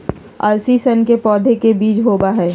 अलसी सन के पौधे के बीज होबा हई